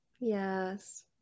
yes